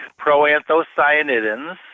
proanthocyanidins